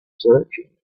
searching